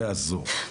לא יעזור.